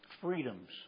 Freedoms